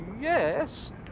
yes